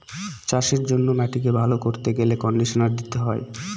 চাষের জন্য মাটিকে ভালো করতে গেলে কন্ডিশনার দিতে হয়